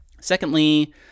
secondly